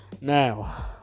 Now